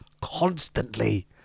constantly